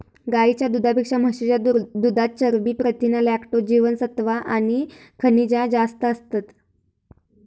गाईच्या दुधापेक्षा म्हशीच्या दुधात चरबी, प्रथीना, लॅक्टोज, जीवनसत्त्वा आणि खनिजा जास्त असतत